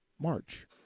March